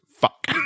Fuck